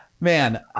Man